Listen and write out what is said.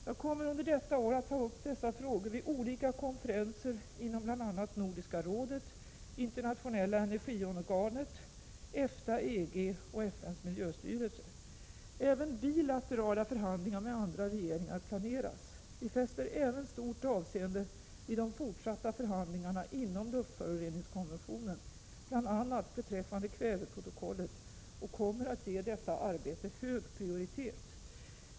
Jag kommer under detta år att ta upp dessa frågor vid olika konferenser inom bl.a. Nordiska rådet, Internationella energiorganet, EFTA och EG samt FN:s miljöstyrelse. Även bilaterala förhandlingar med andra regeringar planeras. Vi fäster även stort avseende vid de fortsatta förhandlingarna inom luftföroreningskonventionen, bl.a. beträffande kväveprotokollet, och kommer att ge detta arbete hög prioritet.